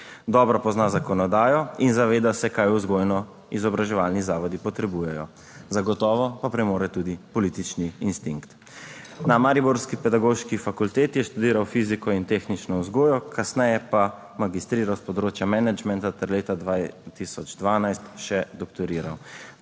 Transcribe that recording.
Dobro pozna zakonodajo in zaveda se, kaj vzgojno-izobraževalni zavodi potrebujejo, zagotovo pa premore tudi politični instinkt. Na mariborski Pedagoški fakulteti je študiral fiziko in tehnično vzgojo, kasneje pa magistriral s področja menedžmenta ter leta 2012 še doktoriral.